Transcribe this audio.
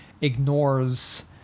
ignores